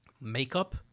makeup